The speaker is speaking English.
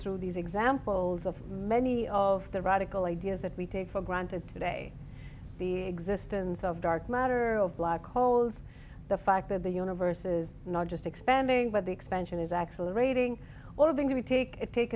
through these examples of many of the radical ideas that we take for granted today the existence of dark matter of black holes the fact that the universe is not just expanding but the expansion is accelerating all of things we take it take